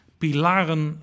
pilaren